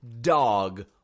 dog